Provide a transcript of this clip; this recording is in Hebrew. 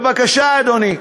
בבקשה, אדוני.